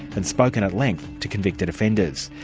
and spoken at length to convicted offenders.